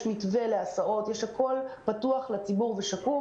יש מתווה להסעות שהוא פתוח ושקוף לציבור,